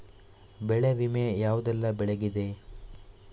ಬೆಳೆ ವಿಮೆ ಯಾವುದೆಲ್ಲ ಬೆಳೆಗಿದೆ?